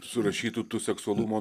surašytų tų seksualumo